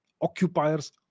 occupiers